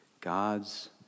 God's